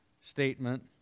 statement